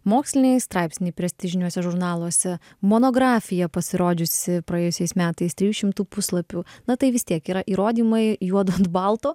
moksliniai straipsniai prestižiniuose žurnaluose monografija pasirodžiusi praėjusiais metais trijų šimtų puslapių na tai vis tiek yra įrodymai juodu ant balto